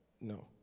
No